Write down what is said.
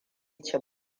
ci